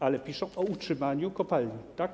Ale piszą o utrzymaniu kopalni, tak?